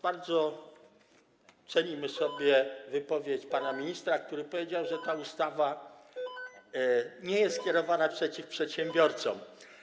Bardzo cenimy sobie wypowiedź pana ministra, który powiedział, że ta ustawa nie jest skierowana przeciwko przedsiębiorcom.